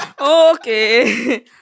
Okay